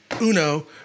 uno